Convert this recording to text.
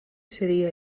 seria